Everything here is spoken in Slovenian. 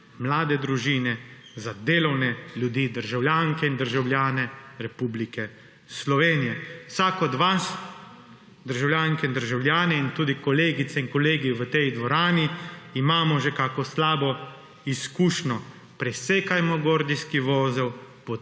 mlade družine, za delovne ljudi, državljanke in državljane Republike Slovenije. Vsak od vas, državljanke in državljani in tudi kolegice in kolegi v tej dvorani, imamo že kakšno slabo izkušnjo. Presekajmo gordijski vozel,